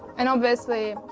and obviously,